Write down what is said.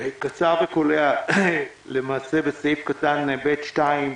בסעיף (ב2),